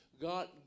God